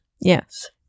Yes